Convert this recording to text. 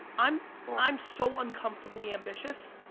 i'm i'm so uncomfortably ambitious,